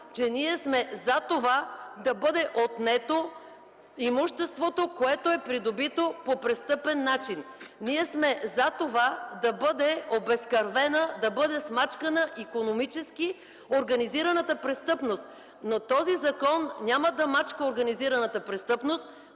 че ние сме за това да бъде отнето имуществото, придобито по престъпен начин. Ние сме за това да бъде обезкървена, смачкана икономически организираната престъпност. Този закон обаче няма да мачка организираната престъпност,